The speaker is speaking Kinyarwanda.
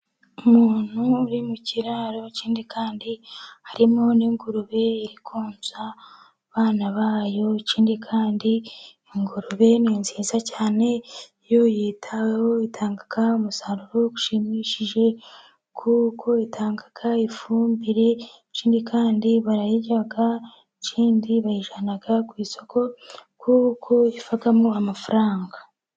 Umuntu uri mu kiraro ikindi kandi harimo n'ingurube, iri konsa abana bayo ikindi kandi ingurube ni nziza cyane, iyo yitaweho itanga umusaruro ushimishije kuko itanga ifumbire, icyindi kandi barayirya, icyindi bayijyana ku isoko kuko ivamo amafaranga.